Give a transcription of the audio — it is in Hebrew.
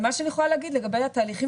מה שאני יכולה להגיד לגבי התהליכים